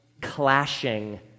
clashing